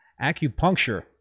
acupuncture